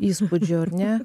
įspūdžio ar ne